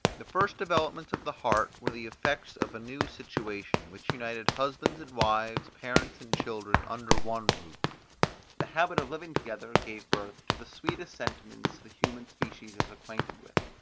the first developments of the heart were the effects of a new situation, which united husbands and wives, parents and children, under one roof the habit of living together gave birth to the sweetest sentiments the human species is acquainted with,